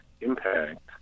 impact